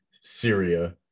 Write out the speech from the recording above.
Syria